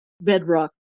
bedrock